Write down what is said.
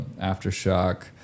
aftershock